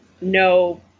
no